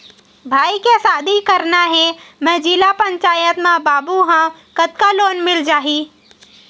भाई के शादी करना हे मैं जिला पंचायत मा बाबू हाव कतका लोन मिल जाही?